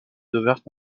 devinrent